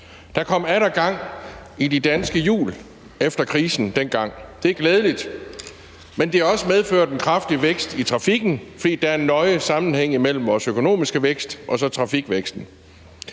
Der kom atter gang i de danske hjul efter krisen dengang. Det er glædeligt, men det har også medført en kraftig vækst i trafikken, fordi der er en nøje sammenhæng imellem vores økonomiske vækst og så trafikvæksten.